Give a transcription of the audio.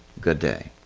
good day.